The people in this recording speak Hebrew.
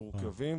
מורכבים,